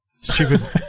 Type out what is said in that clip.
Stupid